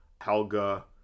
Helga